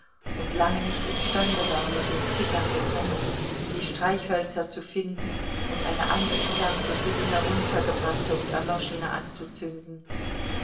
und lange nicht imstande war mit den zitternden händen die streichhölzer zu finden und eine andere kerze für die heruntergebrannte und erloschene anzuzünden